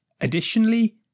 Additionally